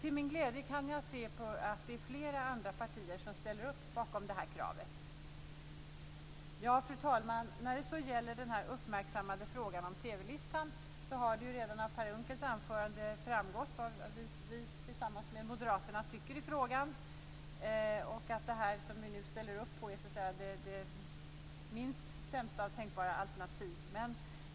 Till min glädje kan jag se att det är flera andra partier som ställer upp bakom det här kravet. Fru talman! När det så gäller den uppmärksammade frågan om TV-listan har det redan av Per Unckels anförande framgått vad vi tillsammans med moderaterna tycker i frågan och att det som vi nu ställer upp på är det minst sämsta av tänkbara alternativ.